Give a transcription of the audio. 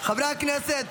חברי הכנסת,